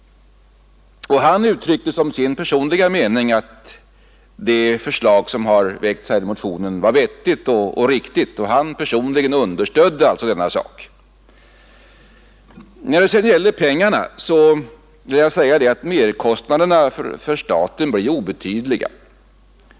Han uttryckte som sin personliga mening att motionens förslag var vettigt och riktigt. Han understödde denna sak. När det sedan gäller pengarna vill jag säga att merkostnaderna för staten blir obetydliga.